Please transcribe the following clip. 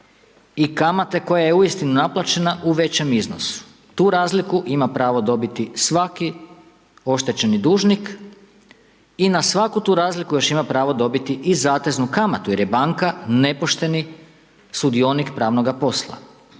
i kamate koja je uistinu naplaćena u većem iznosu. Tu razliku ima pravo dobiti svaki oštećeni dužnik i na svaku tu razliku još ima pravo dobiti i zateznu kamatu jer je banka nepošteni sudionik pravnoga posla.